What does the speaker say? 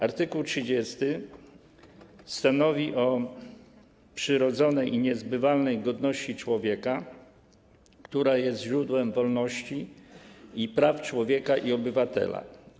Art. 30 stanowi o przyrodzonej i niezbywalnej godności człowieka, która jest źródłem wolności i praw człowieka i obywatela.